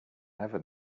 never